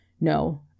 No